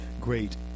great